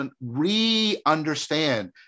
re-understand